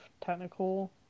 technical